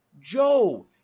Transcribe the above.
joe